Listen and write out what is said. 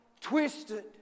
twisted